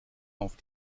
auf